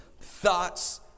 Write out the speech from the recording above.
thoughts